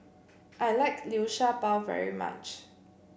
I like Liu Sha Bao very much